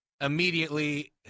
immediately